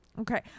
Okay